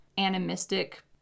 animistic